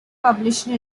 publisher